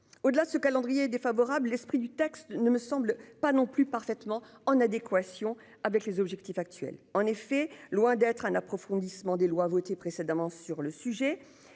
au-delà ce calendrier défavorable l'esprit du texte ne me semble pas non plus parfaitement en adéquation avec les objectifs actuels en effet loin d'être un approfondissement des lois votées précédemment sur le sujet.